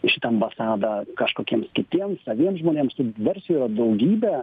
į šitą ambasadą kažkokiems kitiems saviems žmonėms versijų yra daugybė